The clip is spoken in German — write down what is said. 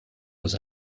muss